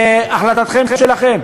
אז להחלטתם שלכם.